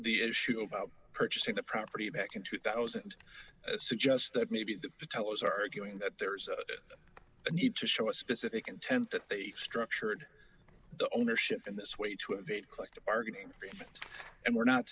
the issue about purchasing the property back in two thousand suggests that maybe the patel is arguing that there's a need to show a specific intent that they structured the ownership in this way to evade collective bargaining agreement and we're not